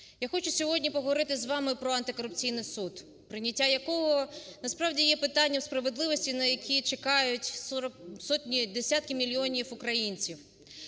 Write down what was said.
Я хочу сьогодні поговорити з вами про Антикорупційний суд, прийняття якого насправді є питанням справедливості, на яку чекають сотні десятків мільйонів українців.